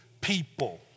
people